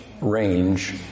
range